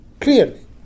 Clearly